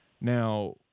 now